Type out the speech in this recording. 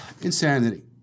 Insanity